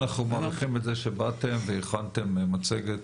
אנחנו מעריכים את זה שבאתם והכנתם מצגת,